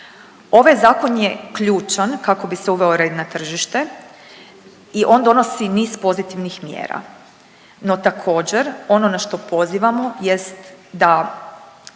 Ovaj zakon je ključan kako bi se uveo red na tržište i on donosi niz pozitivnih mjera. No, također ono na što pozivamo jest da